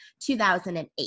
2008